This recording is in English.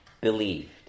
believed